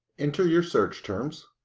enter your search terms.